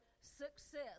success